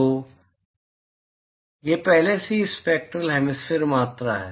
तो यह पहले से ही स्पैक्टरल हेमिस्फेरिकल मात्रा है